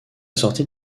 sortie